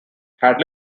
had